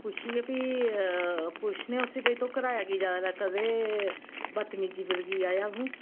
पुच्छियै भी पुच्छनेआं की भई तू किराया की जादै लैता ते बदतमीजी करी आया तू